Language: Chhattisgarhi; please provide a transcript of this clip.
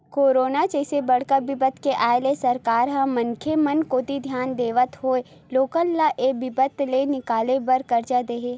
करोना जइसे बड़का बिपदा के आय ले सरकार ह मनखे मन कोती धियान देवत होय लोगन ल ऐ बिपदा ले निकाले बर करजा ले हे